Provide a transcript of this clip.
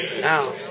Now